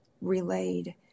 relayed